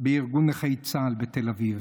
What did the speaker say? בארגון נכי צה"ל בתל אביב,